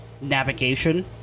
navigation